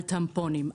על טמפונים,